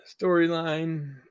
storyline